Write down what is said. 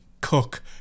cook